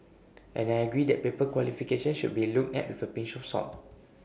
and I agree that paper qualifications should be looked at with A pinch of salt